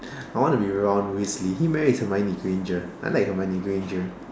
I want to be Ron Weasley he marries Hermione Granger I like Hermione Granger